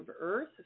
Earth